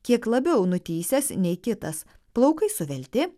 kiek labiau nutįsęs nei kitas plaukai suvelti